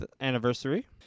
anniversary